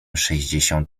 sześćdziesiąt